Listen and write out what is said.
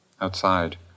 outside